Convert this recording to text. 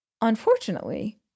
Unfortunately